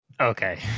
Okay